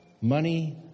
money